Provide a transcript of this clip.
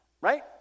right